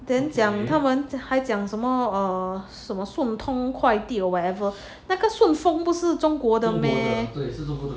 then 还讲什么啊 err 顺丰快递 or whatever 那个顺丰不是中国的 meh